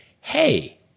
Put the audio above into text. hey